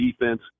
defense